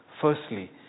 firstly